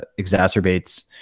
exacerbates